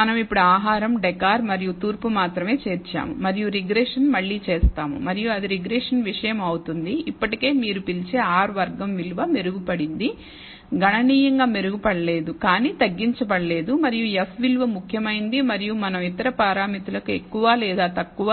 మనం ఇప్పుడు ఆహారం డెకర్ మరియు తూర్పు మాత్రమే చేర్చాము మరియు రిగ్రెషన్ మళ్ళీ చేసాము మరియు అది రిగ్రెషన్ విషయం అవుతుంది ఇప్పటికీ మీరు పిలిచే R వర్గం విలువ మెరుగుపడింది గణనీయంగా మెరుగుపడలేదు కానీ తగ్గించబడలేదు మరియు F విలువ ముఖ్యమైనది మరియు మనం ఇతర పారామితులకు ఎక్కువ లేదా తక్కువ